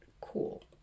cool